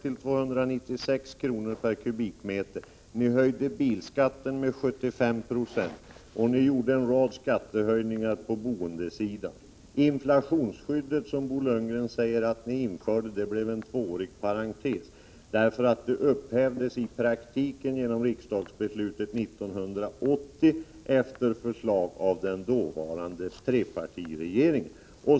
till 296 kr. per kubikmeter, ni höjde bilskatten med 7596 och ni genomförde en rad skattehöjningar på boendesidan. Inflationsskyddet, som Bo Lundgren säger att ni införde, blev en tvåårig parentes, för det upphävdes i praktiken genom riksdagsbeslutet 1980, efter förslag av den dåvarande trepartiregeringen.